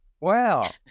Wow